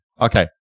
Okay